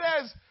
says